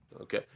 okay